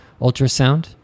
ultrasound